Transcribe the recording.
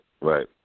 Right